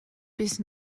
bis